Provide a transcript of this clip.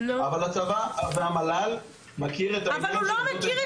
אבל המל"ל מכיר את העניין של עמדות